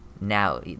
Now